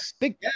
big